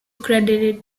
credited